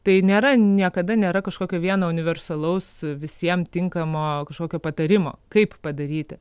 tai nėra niekada nėra kažkokio vieno universalaus visiem tinkamo kažkokio patarimo kaip padaryti